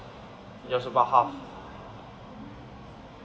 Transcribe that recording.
it was about half